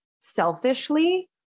selfishly